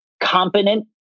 competent